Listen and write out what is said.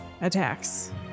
attacks